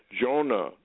Jonah